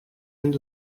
end